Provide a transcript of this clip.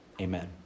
Amen